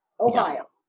Ohio